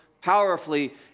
powerfully